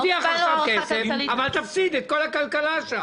תרוויח עכשיו כסף, אבל תפסיד את כל הכלכלה שם.